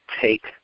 take